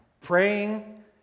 Praying